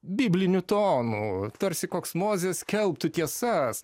bibliniu tonu tarsi koks mozės skelbtų tiesas